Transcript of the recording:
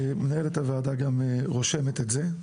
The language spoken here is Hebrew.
מנהלת הוועדה גם רושמת את זה.